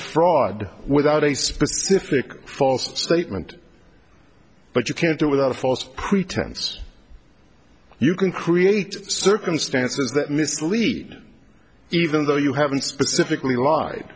fraud without a specific false statement but you can't do without a false pretense you can create circumstances that mislead even though you haven't specifically